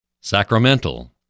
Sacramental